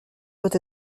doit